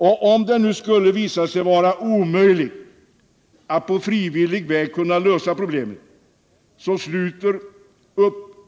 Men om det skulle vara omöjligt att på frivillig väg lösa problemet, så sluter